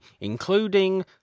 Including